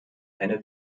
eine